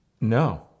No